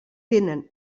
tenen